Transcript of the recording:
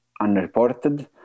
unreported